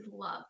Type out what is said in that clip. love